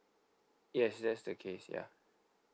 yes that's the case ya